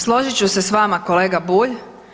Složit ću se s vama kolega Bulj.